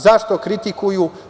Zašto kritikuju?